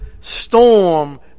storm